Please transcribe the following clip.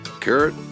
carrot